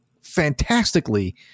fantastically